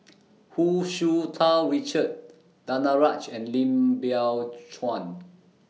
Hu Tsu Tau Richard Danaraj and Lim Biow Chuan